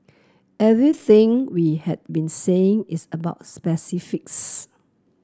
everything we have been saying is about specifics